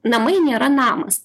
namai nėra namas